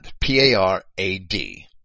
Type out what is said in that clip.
P-A-R-A-D